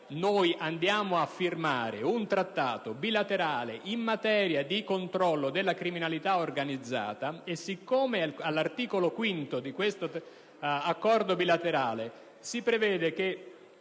andiamo a firmare un Trattato bilaterale in materia di controllo della criminalità organizzata e siccome all'articolo 5 di questo Accordo bilaterale si prevede che